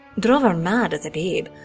drove her mad as a babe,